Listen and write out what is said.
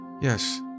Yes